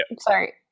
sorry